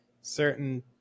certain